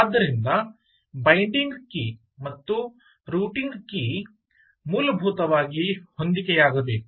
ಆದ್ದರಿಂದ binding key ಮತ್ತು routing key ಮೂಲಭೂತವಾಗಿ ಹೊಂದಿಕೆಯಾಗಬೇಕು